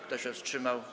Kto się wstrzymał?